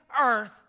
earth